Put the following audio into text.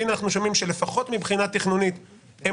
והנה אנחנו שומעים שלפחות מבחינה תכנונית הם